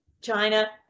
China